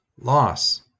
loss